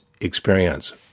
experience